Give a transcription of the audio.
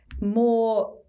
more